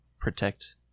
protect